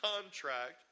contract